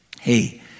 hey